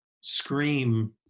scream